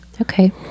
Okay